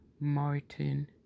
Martin